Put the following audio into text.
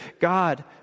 God